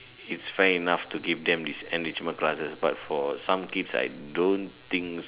it's fair enough to give them this enrichment classes but for some kids I don't think